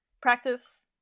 practice